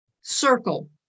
circle